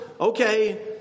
okay